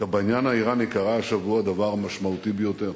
בעניין האירני קרה השבוע דבר משמעותי ביותר,